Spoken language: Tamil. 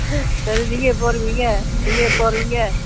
ஆஹான் சரி நீங்கள் எப்போ வருவீங்க நீங்கள் எப்போ வருவீங்க